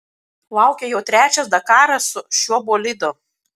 laukia jau trečias dakaras su šiuo bolidu